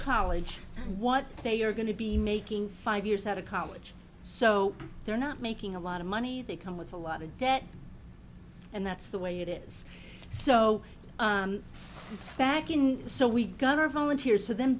college what they are going to be making five years out of college so they're not making a lot of money they come with a lot of debt and that's the way it is so back in so we got our volunteers to them